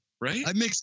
Right